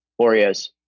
Oreos